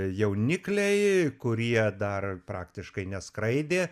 jaunikliai kurie dar praktiškai neskraidė